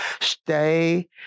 Stay